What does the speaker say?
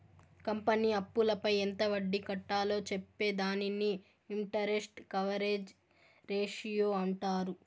company అప్పులపై ఎంత వడ్డీ కట్టాలో చెప్పే దానిని ఇంటరెస్ట్ కవరేజ్ రేషియో అంటారు